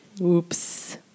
Oops